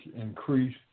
increase